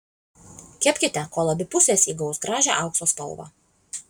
kepkite kol abi pusės įgaus gražią aukso spalvą